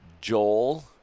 Joel –